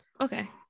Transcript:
Okay